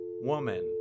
Woman